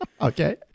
Okay